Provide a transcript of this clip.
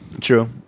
True